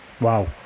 Wow